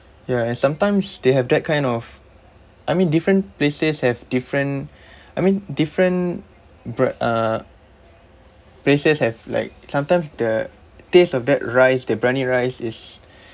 ya and sometimes they have that kind of I mean different places have different I mean different bri~ uh places have like sometimes the taste of that rice the briyani rice is